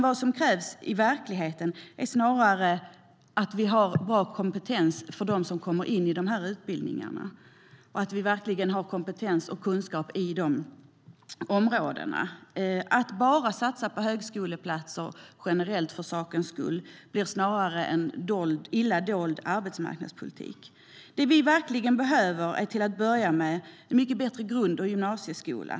Vad som krävs i verkligheten är i stället att vi har bra kompetens hos dem som kommer in på utbildningarna och att vi verkligen har kompetens och kunskap på de områdena. Att bara satsa på högskoleplatser generellt, för sakens skull, blir snarare en illa dold arbetsmarknadspolitik. Det vi verkligen behöver är till att börja med en mycket bättre grund och gymnasieskola.